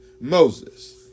Moses